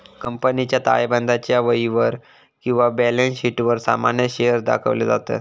कंपनीच्या ताळेबंदाच्या वहीवर किंवा बॅलन्स शीटवर सामान्य शेअर्स दाखवले जातत